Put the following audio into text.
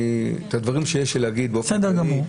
את הדברים שיש לי להגיד באופן כללי,